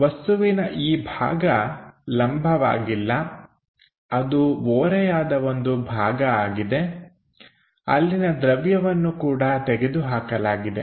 ವಸ್ತುವಿನ ಈ ಭಾಗ ಲಂಬವಾಗಿಲ್ಲ ಅದು ಓರೆಯಾದ ಒಂದು ಭಾಗ ಆಗಿದೆ ಅಲ್ಲಿನ ದ್ರವ್ಯವನ್ನು ಕೂಡ ತೆಗೆದುಹಾಕಲಾಗಿದೆ